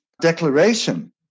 Declaration